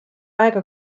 aega